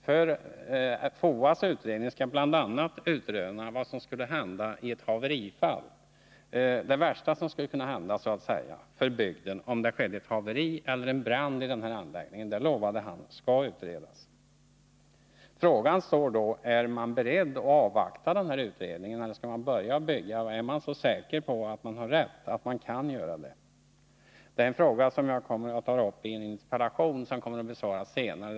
FOA:s utredning skall bl.a. utröna vad som i värsta fall skulle kunna bli resultatet för bygden vid ett haveri eller en brand i anläggningen — jordbruksministern lovade att detta skall utredas. Frågan är då: Är man beredd att avvakta utredningen eller skall man börja bygga? Är man så säker på att man har rätt, att man kan göra detta? Det är en fråga som jag tagit upp i en interpellation som kommer att besvaras senare.